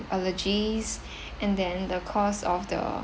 allergies and then the cost of the